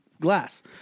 glass